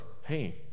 hey